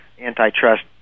antitrust